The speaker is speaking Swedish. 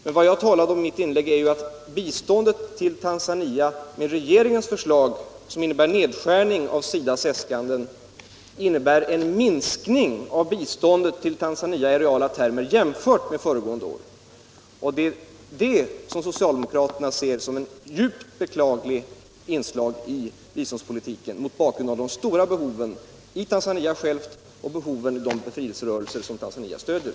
Men vad jag talade om i mitt inlägg var att biståndet till Tanzania med regeringens förslag, som innebär nedskärning av SIDA:s äskanden, betyder en minskning av biståndet till Tanzania i reala termer jämfört med föregående år. Detta ser socialdemokraterna som ett djupt beklagligt inslag i biståndspolitiken mot bakgrund av de stora behoven i Tanzania självt och hos de befrielserörelser som Tanzania stöder.